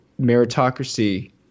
meritocracy